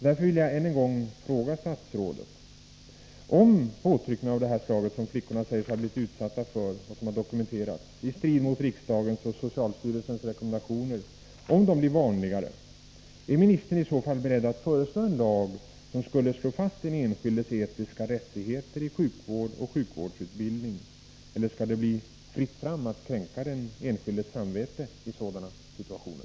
Därför vill jag än en gång fråga statsrådet: Om påtryckningar av det slag som flickorna säger sig ha blivit utsatta för — vilket har dokumenterats —i strid mot riksdagens och socialstyrelsens rekommendationer blir vanligare, är ministern i så fall beredd att föreslå en lag som skulle slå fast den enskildes etiska rättigheter inom sjukvård och sjukvårdsutbildning? Eller skall det bli fritt fram att kränka den enskildes samvete i sådana situationer?